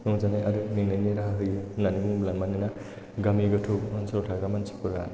मोजाङै आरो मेंनायनि राहा होयो होननानै बुङोब्ला मानोना गामि गोथौ ओनसोलाव थाग्रा मानसिफोरा